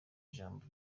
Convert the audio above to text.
ijambo